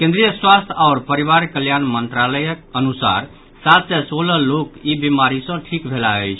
केन्द्रीय स्वास्थ्य आओर परिवार कल्याण मंत्रालयक अनुसार सात सय सोलह लोक ई महामारी सँ ठिक भेलाह अछि